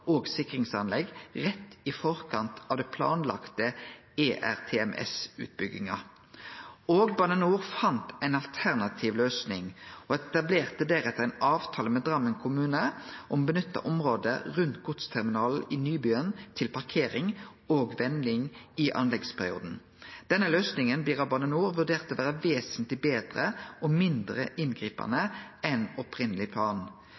og sikringsanlegg rett i forkant av den planlagde ERTMS-utbygginga. Bane NOR fann ei alternativ løysing og etablerte deretter ein avtale med Drammen kommune om å nytte området rundt godsterminalen i Nybyen til parkering og vending i anleggsperioden. Denne løysinga blir av Bane NOR vurdert til å vere vesentleg betre og mindre